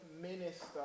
minister